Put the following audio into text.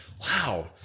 wow